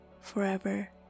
forever